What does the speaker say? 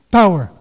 power